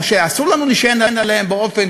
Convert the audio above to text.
או שאסור לנו להישען עליהן,